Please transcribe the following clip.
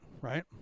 right